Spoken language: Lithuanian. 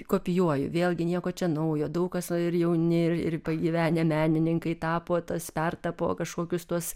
kopijuoju vėlgi nieko čia naujo daug kas o ir jauni ir pagyvenę menininkai tapo tas pertapo kažkokius tuos